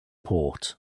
port